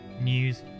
news